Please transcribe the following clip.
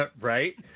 Right